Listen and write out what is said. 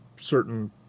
certain